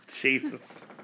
Jesus